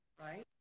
right